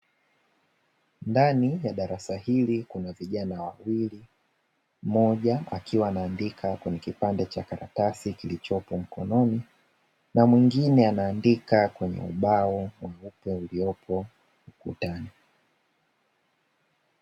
Ndani ya darasa hili kuna kijana wa wawili, mmoja akiwa anaandika kwenye kipande cha karatasi kilichopo mkononi na mwingine anaandika kwenye ubao uliopo ukutani.